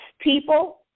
People